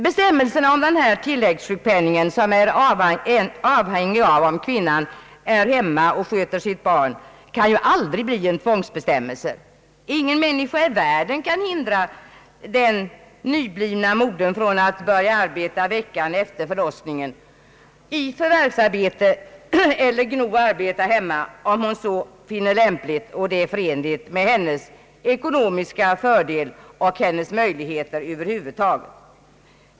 Bestämmelsen om = tilläggssjukpenning, som är avhängig av om kvinnan är hemma och sköter sitt barn, kan aldrig bli en tvångsbestämmelse. Ingen människa i världen kan hindra en nybliven moder från att veckan efter förlossningen börja arbeta i förvärvslivet eller att arbeta hemma, om hon så finner lämpligt och förenligt med sin ekonomiska fördel och sina möjligheter över huvud taget.